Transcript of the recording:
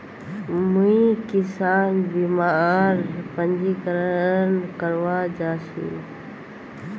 मुई किसान बीमार पंजीकरण करवा जा छि